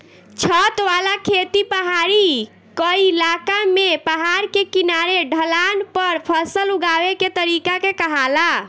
छत वाला खेती पहाड़ी क्इलाका में पहाड़ के किनारे ढलान पर फसल उगावे के तरीका के कहाला